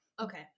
Okay